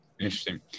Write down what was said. Interesting